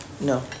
No